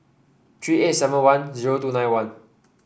three eight seven one zero two nine one